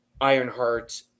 Ironheart